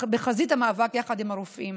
בחזית המאבק יחד עם הרופאים.